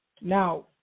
Now